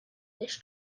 this